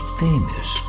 famous